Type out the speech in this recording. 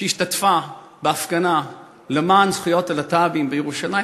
שהשתתפה בהפגנה למען זכויות הלהט"בים בירושלים,